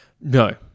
no